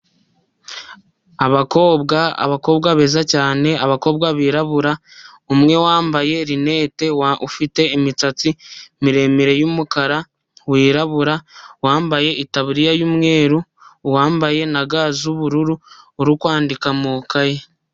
Abakobwa abakobwa beza cyane, abakobwa birabura umwe wambaye linete ufite imisatsi miremire y'umukara, wirabura wambaye itaburiya y'umweru wambaye na ga z'bururu uri kwandika mu ikaye.